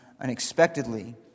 unexpectedly